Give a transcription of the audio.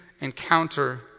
encounter